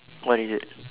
what is it